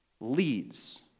leads